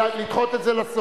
אלא לדחות את זה לסוף?